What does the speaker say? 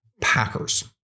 Packers